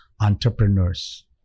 entrepreneurs